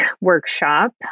workshop